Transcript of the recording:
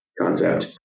concept